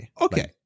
Okay